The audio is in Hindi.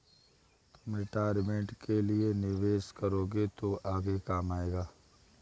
तुम रिटायरमेंट के लिए निवेश करोगे तो आगे काम आएगा